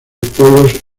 pueblos